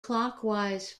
clockwise